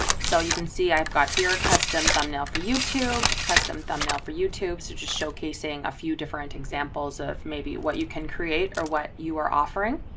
so you can see i've got here custom thumbnail for youtube custom thumbnail for youtube. so just showcasing a few different examples of maybe what you can create or what you are offering.